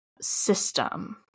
system